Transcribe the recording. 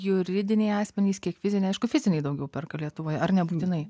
juridiniai asmenys kiek fiziniai aišku fiziniai daugiau perka lietuvoje ar nebūtinai